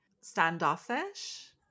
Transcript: standoffish